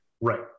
Right